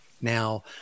Now